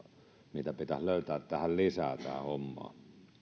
mitä pitäisi löytää lisää tähän hommaan